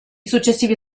successivi